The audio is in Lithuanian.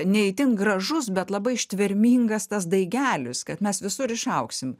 ne itin gražus bet labai ištvermingas tas daigelis kad mes visur išaugsim